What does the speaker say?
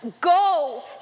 go